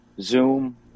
zoom